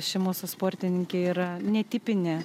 ši mūsų sportininkė yra netipinė